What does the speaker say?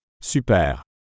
Super